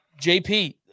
JP